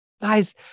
guys